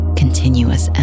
continuous